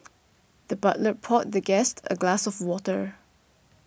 the butler poured the guest a glass of water